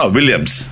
Williams